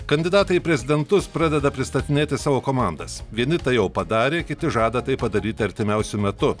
kandidatai į prezidentus pradeda pristatinėti savo komandas vieni tai jau padarė kiti žada tai padaryt artimiausiu metu